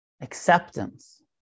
Acceptance